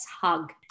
hug